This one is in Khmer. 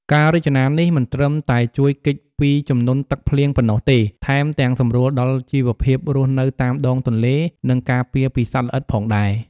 ការរចនានេះមិនត្រឹមតែជួយគេចពីជំនន់ទឹកភ្លៀងប៉ុណ្ណោះទេ ថែមទាំងសម្រួលដល់ជីវភាពរស់នៅតាមដងទន្លេ និងការពារពីសត្វល្អិតផងដែរ។